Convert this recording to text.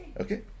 okay